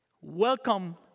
welcome